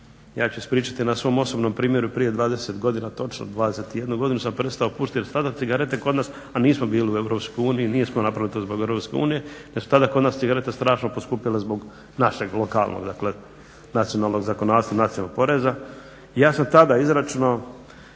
Ja ću ispričati na svom osobnom primjeru prije 20 godina točno, 21 godinu sam prestao pušiti jer su tada cigarete kod nas, a nismo bili u Europskoj uniji, nismo napravili to zbog Europske unije već su tada kod nas cigarete strašno poskupjele zbog našeg lokalnog nacionalnog zakonodavstva, nacionalnog poreza i ja sam tada izračunao